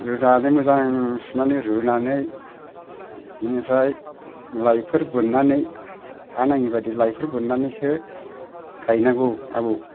रुनानै मोजां सुनानै रुनानै बिनिफ्राय लाइफोर बोननानै हा नाङि बायदि लाइफोर बोननानैसो गाइनांगौ आबौ